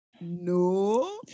No